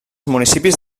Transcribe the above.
municipis